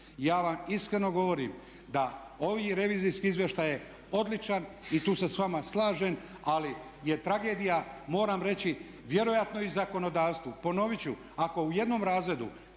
Ja vam iskreno govorim da ovaj revizorski izvještaj je odličan i tu se sa vama slažem, ali je tragedija moram reći vjerojatno i zakonodavstvu.